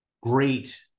great